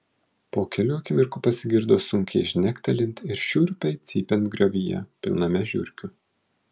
po kelių akimirkų pasigirdo sunkiai žnektelint ir šiurpiai cypiant griovyje pilname žiurkių